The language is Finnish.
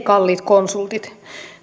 kalliit konsultit